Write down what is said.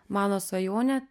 mano svajonė